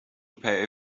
pay